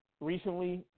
recently